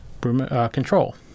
control